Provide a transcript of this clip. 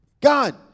God